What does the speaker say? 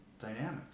dynamics